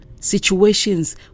Situations